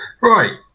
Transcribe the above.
right